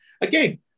again